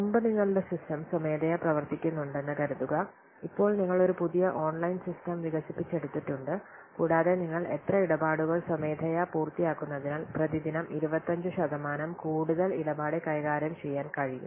മുമ്പ് നിങ്ങളുടെ സിസ്റ്റം സ്വമേധയാ പ്രവർത്തിക്കുന്നുണ്ടെന്ന് കരുതുക ഇപ്പോൾ നിങ്ങൾ ഒരു പുതിയ ഓൺലൈൻ സിസ്റ്റം വികസിപ്പിച്ചെടുത്തിട്ടുണ്ട് കൂടാതെ നിങ്ങൾ എത്ര ഇടപാടുകൾ സ്വമേധയാ പൂർത്തിയാക്കുന്നതിനാൽ പ്രതിദിനം 25 ശതമാനം കൂടുതൽ ഇടപാട് കൈകാര്യം ചെയ്യാൻ കഴിയും